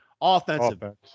offensive